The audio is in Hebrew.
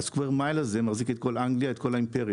ה- Square Mile מחזיק את כל אנגליה ואל כל האימפריה.